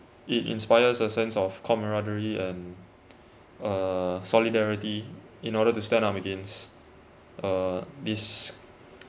it inspires a sense of camaraderie and uh solidarity in order to stand up against uh this